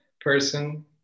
person